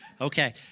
Okay